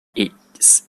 its